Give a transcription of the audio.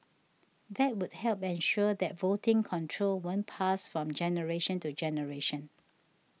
that would help ensure that voting control won't pass from generation to generation